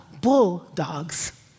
bulldogs